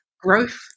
growth